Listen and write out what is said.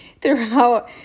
throughout